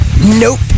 Nope